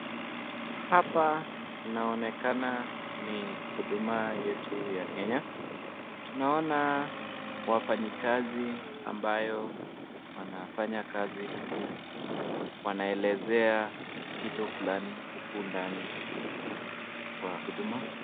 Hapa inaonekana ni huduma yetu ya Kenya, tunaona wafanyikazi ambayo wanafanya kazi huku wanaelezea kitu fulani huku ndani wa huduma.